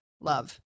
love